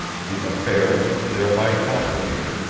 the affair was thereby complicated,